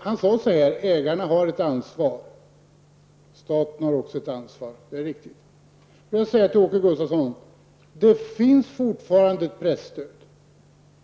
Han sade så här: ''Ägarna har ett ansvar.'' Staten har också ett ansvar, det är riktigt. Får jag säga till Åke Gustavsson att det finns fortfarande ett presstöd.